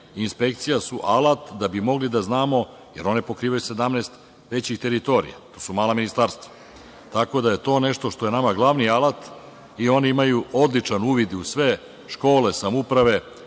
inspekcije su alat da bi mogli da znamo, jer one pokrivaju 17 većih teritorija. To su mala ministarstva, tako da je to nešto što je nama glavni alat i oni imaju odličan uvid u sve škole, samouprave,